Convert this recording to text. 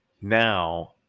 now